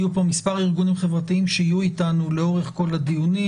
יהיו פה מספר ארגונים חברתיים לאורך כל הדיונים,